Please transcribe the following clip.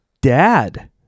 dad